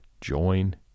join